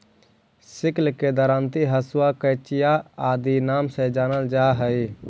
sickle के दरांति, हँसुआ, कचिया आदि नाम से जानल जा हई